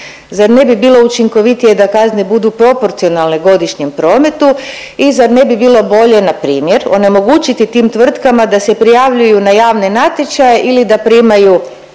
Zar ne bi bilo učinkovitije da kazne budu proporcionalne godišnjem prometu i zar ne bi bilo bolje, npr. onemogućiti tim tvrtkama da se prijavljuju na javne natječaje ili da primaju